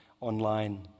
online